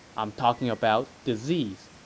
i'm talking about disease.